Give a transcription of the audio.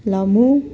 लह्मु